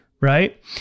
Right